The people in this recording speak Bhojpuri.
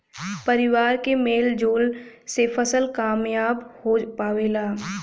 परिवार के मेल जोल से फसल कामयाब हो पावेला